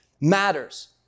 matters